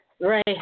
Right